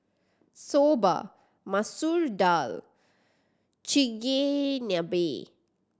Soba Masoor Dal Chigenabe